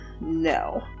no